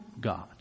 God